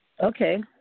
Okay